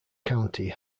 county